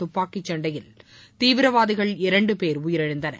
துப்பாக்கி சண்டையில் தீவிரவாதிகள் இரண்டு பேர் உயிரிழந்தனர்